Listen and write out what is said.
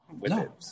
No